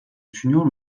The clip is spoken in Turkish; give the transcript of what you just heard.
düşünüyor